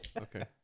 okay